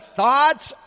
thoughts